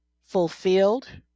fulfilled